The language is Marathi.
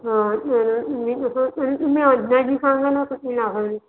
हो चालेल